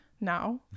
now